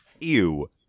Ew